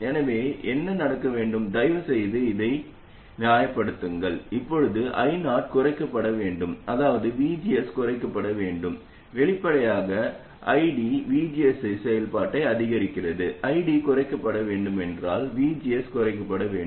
எனவே என்ன நடக்க வேண்டும் தயவு செய்து அதை நியாயப்படுத்துங்கள் இப்போது I0 குறைக்கப்பட வேண்டும் அதாவது VGS குறைக்கப்பட வேண்டும் வெளிப்படையாக ஐடி விஜிஎஸ் செயல்பாட்டை அதிகரிக்கிறது ஐடி குறைக்கப்பட வேண்டும் என்றால் விஜிஎஸ் குறைக்கப்பட வேண்டும்